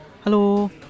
Hello